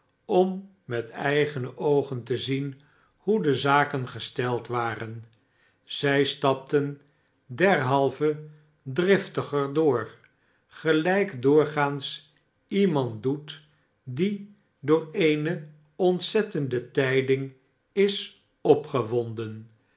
om met eigene oogen te zien hoe de zaken gesteld waren zij stapten derhalve driftiger door gelijk doorgaans iemand doet die door eene ontzettende tijding is opgewonden